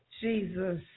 Jesus